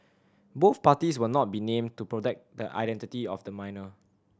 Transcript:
both parties will not be named to protect the identity of the minor